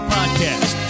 Podcast